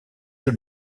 jeu